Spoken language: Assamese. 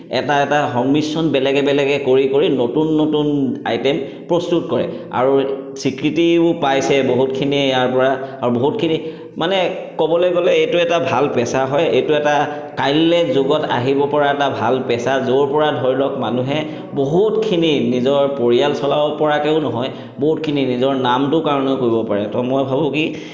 এটা এটা সংমিশ্ৰণ বেলেগ বেলেগে কৰি কৰি নতুন নতুন আইটেম প্ৰস্তুত কৰে আৰু স্বীকৃতিও পাইছে বহুতখিনিয়ে ইয়াৰ পৰা আৰু বহুতখিনিয়ে মানে ক'বলৈ গ'লে এইটো এটা ভাল পেছা হয় এইটো এটা কাইলৈ যুগত আহিব পৰা এটা ভাল পেছা য'ৰ পৰা ধৰি লওক মানুহে বহুতখিনি নিজৰ পৰিয়াল চলাব পৰাকৈও নহয় বহুতখিনি নিজৰ নামটোৰ কাৰণেও কৰিব পাৰে তো মই ভাবোঁ কি